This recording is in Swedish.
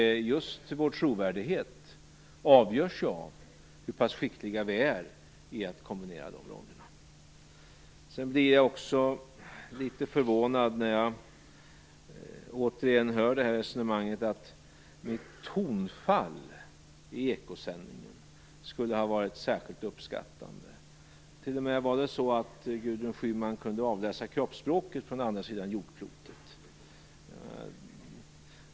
Just vår trovärdighet avgörs av hur skickliga vi är på att kombinera de två rollerna. Sedan blir jag litet förvånad när jag återigen hör resonemanget att mitt tonfall i Eko-sändningen skulle ha varit särskilt uppskattande. Gudrun Schyman kunde t.o.m. avläsa kroppsspråket från andra sidan jordklotet.